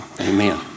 amen